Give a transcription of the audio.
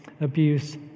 abuse